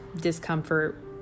discomfort